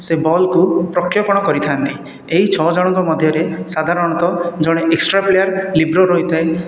ସେ ବଲ୍କୁ ପ୍ରକ୍ଷପଣ କରିଥାନ୍ତି ଏହି ଛଅ ଜଣଙ୍କ ମଧ୍ୟରେ ସାଧାରଣତଃ ଜଣେ ଏକ୍ସଟ୍ରା ପ୍ଲେୟାର ଲିବ୍ରୋ ରହିଥାଏ